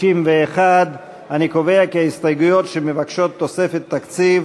61. אני קובע כי ההסתייגויות שמבקשות תוספת תקציב